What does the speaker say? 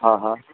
हा हा